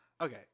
okay